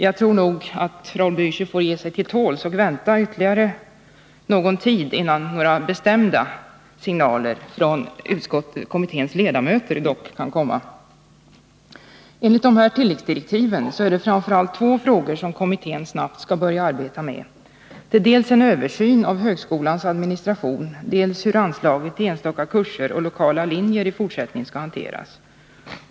Jag tror nog att Raul Blächer får ge sig till tåls och vänta ytterligare någon tid, innan några bestämda signaler från kommitténs ledamöter kan komma. Enligt de nämnda tilläggsdirektiven är det framför allt två frågor som kommittén snabbt skall börja arbeta med. Det är dels en översyn av högskolans administration, dels hur anslaget till enstaka kurser och lokala linjer i fortsättningen skall hanteras.